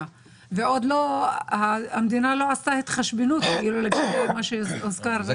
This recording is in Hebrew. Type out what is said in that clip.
והמדינה עוד לא עשתה התחשבנות לגבי מה שהוזכר?